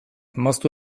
moztu